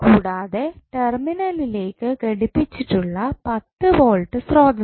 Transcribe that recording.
കൂടാതെ ടെർമിനലിലേക്ക് ഘടിപ്പിച്ചിട്ടുള്ള 10 വോൾട്ട് സ്രോതസ്സും